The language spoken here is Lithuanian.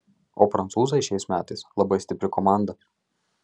o prancūzai šiais metais labai stipri komanda